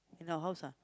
in our house ah